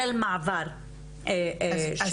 של מעבר תלמידים,